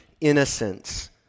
innocence